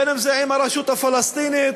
אם הסדר עם הרשות הפלסטינית, אם